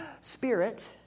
spirit